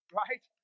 right